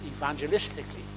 evangelistically